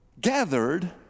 Gathered